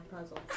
puzzle